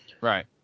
Right